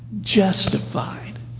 justified